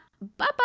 bye-bye